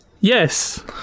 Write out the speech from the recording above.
Yes